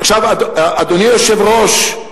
אדוני היושב-ראש,